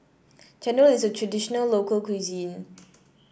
chendol is a traditional local cuisine